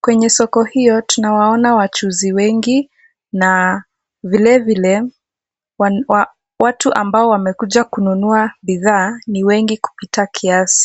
Kwenye soko hiyo, tunawaona wachuuzi wengi na vilevile watu ambao wamekuja kununua bidhaa ni wengi kupita kiasi.